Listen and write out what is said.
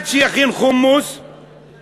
אחד שיכין חומוס טוב,